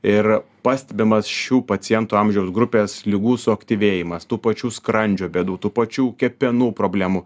ir pastebimas šių pacientų amžiaus grupės ligų suaktyvėjimas tų pačių skrandžio bėdų tų pačių kepenų problemų